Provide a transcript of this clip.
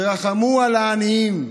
תרחמו על העניים,